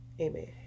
Amen